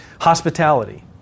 Hospitality